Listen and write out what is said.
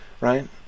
right